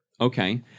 Okay